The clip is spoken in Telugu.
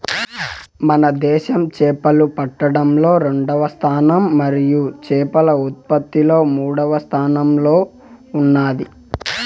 మన దేశం చేపలు పట్టడంలో రెండవ స్థానం మరియు చేపల ఉత్పత్తిలో మూడవ స్థానంలో ఉన్నాది